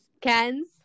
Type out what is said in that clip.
ken's